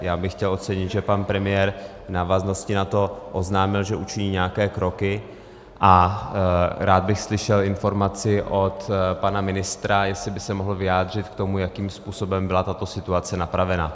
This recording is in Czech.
Já bych chtěl ocenit, že pan premiér v návaznosti na to oznámil, že učiní nějaké kroky, a rád bych slyšel informaci od pana ministra, jestli by se mohl vyjádřit k tomu, jakým způsobem byla tato situace napravena.